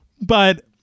But-